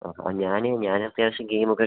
ആഹാ ഞാൻ ഞാനത്യാവശ്യം ഗെയ്മൊക്കെ